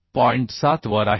7 वर आहे